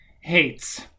hates